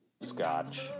Scotch